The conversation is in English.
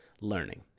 learning